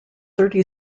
thirty